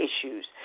issues